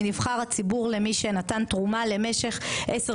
למרבית עוד הרבה מאוד דברים שלא התייחסת אליהם.